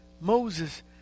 Moses